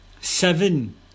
seven